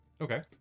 Okay